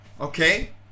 Okay